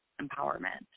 empowerment